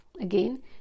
Again